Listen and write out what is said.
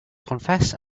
confess